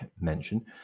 mention